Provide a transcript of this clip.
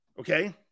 okay